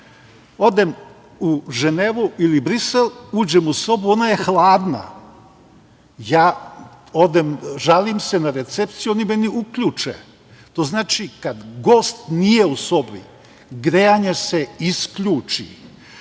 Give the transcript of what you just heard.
odem u Ženevu ili Brisel, uđem u sobu, ona je hladna. Žalim se na recepciju, oni mi uključe. To znači da kada gost nije u sobi, grejanje se isključi,